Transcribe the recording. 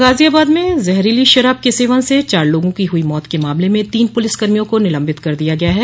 गाजियाबाद में जहरीली शराब के सेवन से चार लोगों की हुई मौत के मामले में तीन पुलिस कर्मियों को निलम्बित कर दिया गया है